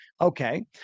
Okay